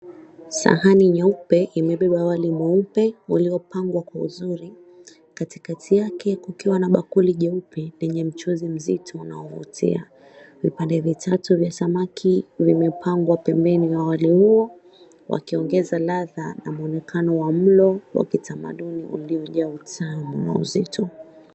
Sahani nyeupe imebeba wali mweupe uliopangwa kwa uzuri. Katikati yake kukiwa na bakuli jeupe lenye mchuzi mzito unaovutia. Vipande vitatu vya samaki vimepangwa pembeni na waliomo wakiongeza ladha na muonekano wa mlo wa kitamaduni uliojaa utamu na uzito.